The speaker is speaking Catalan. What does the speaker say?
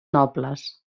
nobles